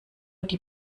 die